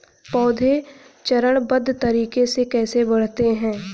पौधे चरणबद्ध तरीके से कैसे बढ़ते हैं?